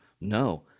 no